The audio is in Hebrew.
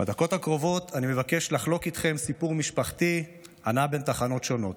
בדקות הקרובות אני מבקש לחלוק איתכם סיפור משפחתי הנע בין תחנות שונות.